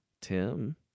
Tim